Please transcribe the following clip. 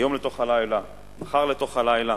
היום לתוך הלילה, מחר לתוך הלילה,